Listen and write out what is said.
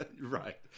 Right